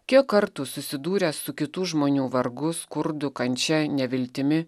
kiek kartų susidūręs su kitų žmonių vargu skurdu kančia neviltimi